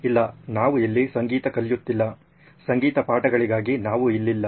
ಇಲ್ಲ ನಾವು ಇಲ್ಲಿ ಸಂಗೀತ ಕಲಿಯುತ್ತಿಲ್ಲ ಸಂಗೀತ ಪಾಠಗಳಿಗಾಗಿ ನಾವು ಇಲ್ಲಿಲ್ಲ